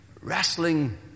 wrestling